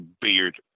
beard